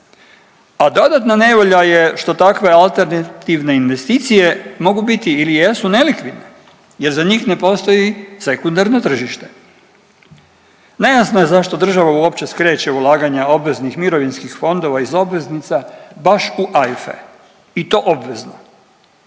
a dodatna nevolja je što takve alternativne investicije mogu biti ili jesu nelikvidne jer za njih ne postoji sekundarno tržište. Nejasno je zašto država uopće skreće ulaganja obveznih mirovinskih fondova iz obveznica baš u AIF-e i to obvezno.